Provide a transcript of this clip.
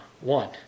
one